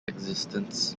existence